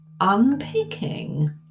unpicking